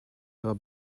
ihrer